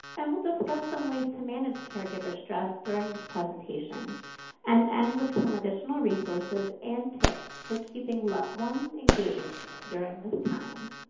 and we'll discuss some ways to manage caregiver stress during this presentation and end with some additional resources and tips for keeping loved ones engaged during this time.